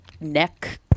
neck